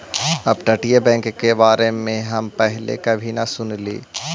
अपतटीय बैंक के बारे में हम पहले कभी न सुनली